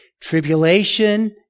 tribulation